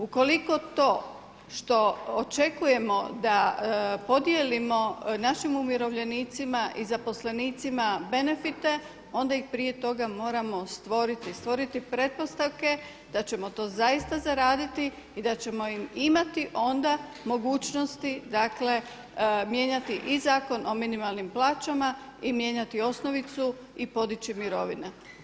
Ukoliko to što očekujemo da podijelimo našim umirovljenicima i zaposlenicima benefite onda ih prije toga moramo stvoriti, stvoriti pretpostavke da ćemo to zaista zaraditi i da ćemo im imati onda mogućnosti dakle mijenjati i Zakon o minimalnim plaćama i mijenjati osnovicu i podići mirovine.